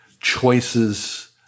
choices